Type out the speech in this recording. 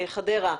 חדרה,